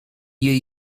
jej